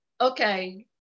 Okay